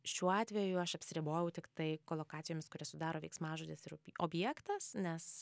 šiuo atveju aš apsiribojau tiktai kolokacijomis kurias sudaro veiksmažodis ir upi objektas nes